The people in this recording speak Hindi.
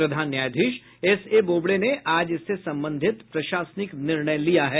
प्रधान न्यायाधीश एसए बोबड़े ने आज इससे संबंधित प्रशासनिक निर्णय लिया है